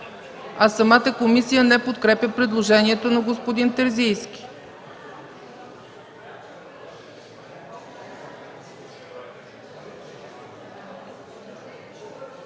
а самата комисия не подкрепя предложението на господин Терзийски.